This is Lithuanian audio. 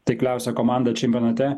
taikliausia komanda čempionate